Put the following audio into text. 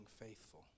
faithful